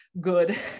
good